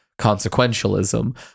consequentialism